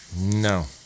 No